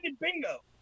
bingo